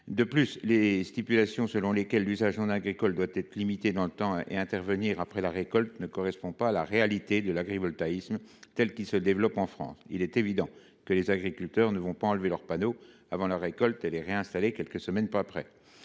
De plus, les dispositions selon lesquelles l’usage non agricole doit être limité dans le temps et intervenir après la récolte ne correspondent pas à la réalité de l’agrivoltaïsme, tel qu’il se développe en France. Il est évident que les agriculteurs ne vont pas ôter leurs panneaux avant la récolte et les réinstaller quelques semaines après.